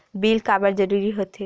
Bill काबर जरूरी होथे?